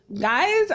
Guys